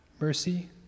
Mercy